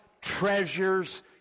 treasures